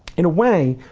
in a way,